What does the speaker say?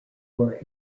for